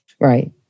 right